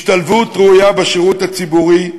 השתלבות ראויה בשירות הציבורי,